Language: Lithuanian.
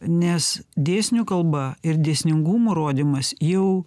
nes dėsnių kalba ir dėsningumo rodymas jau